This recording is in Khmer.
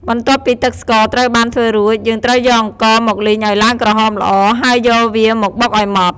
បន្ទាប់ពីទឹកស្ករត្រូវបានធ្វើរួច យើងត្រូវយកអង្ករមកលីងឱ្យឡើងក្រហមល្អ ហើយយកវាមកបុកឱ្យម៉ដ្ឋ។